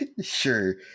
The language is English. Sure